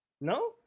No